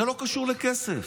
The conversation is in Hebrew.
זה לא קשור לכסף,